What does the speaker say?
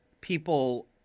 people